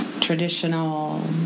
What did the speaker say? traditional